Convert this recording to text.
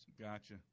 Gotcha